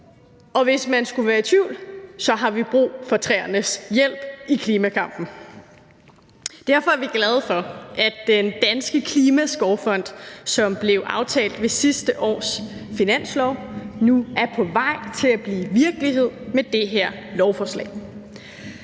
Og hvis man skulle være i tvivl, har vi brug for træernes hjælp i klimakampen. Derfor er vi glade for, at Den Danske Klimaskovfond, som blev aftalt ved sidste års finanslovsforhandlinger, nu er på vej til at blive virkelighed med det her lovforslag.